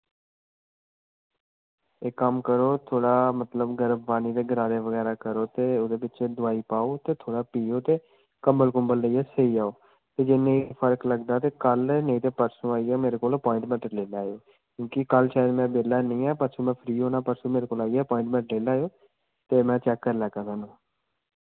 इक कम्म करो थोह्ड़ा मतलब गर्म पानी दे गरारे बगैरा करो ते ओह्दे बिच्च दोआई पाओ ते थोह्ड़ा पियो ते कंबल कुंबल लेइयै सेई जाओ जे नेईं फर्क लगदा ते कल नेईं जे परसों आइयै मेरे कोला दा अपोइन्टमैंट लेई लैएओ क्योंकि कल शायद में बेह्ला नेईं आं परसों में फ्री होना परसों मेरे कोल आइयै अपोइन्टमैंट लेई लैएयो ते में चैक्क करी लैगा तुआनूं